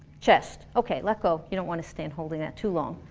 chest? okay, let go. you don't wanna stand holding that too long.